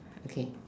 okay